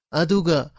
aduga